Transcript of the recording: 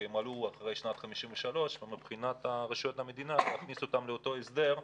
כי הם עלו אחרי שנת 1953 ומבחינת רשויות המדינה להכניס אותם לאותו הסדר,